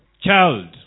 child